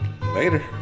Later